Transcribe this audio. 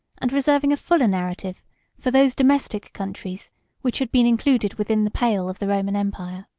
and reserving a fuller narrative for those domestic countries which had been included within the pale of the roman empire.